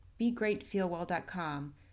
BeGreatFeelWell.com